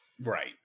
Right